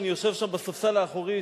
כשאני יושב שם בספסל האחורי,